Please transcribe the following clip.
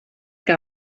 que